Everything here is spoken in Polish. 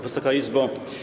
Wysoka Izbo!